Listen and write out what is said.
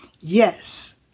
Yes